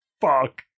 Fuck